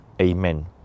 Amen